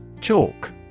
Chalk